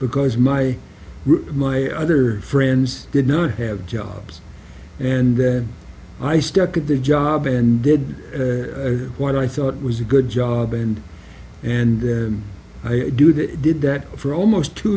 because my my other friends did not have jobs and i stuck at the job and did what i thought was a good job and and i do they did that for almost two